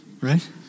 right